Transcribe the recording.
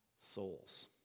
souls